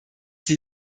die